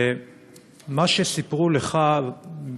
ומה שסיפרו לך,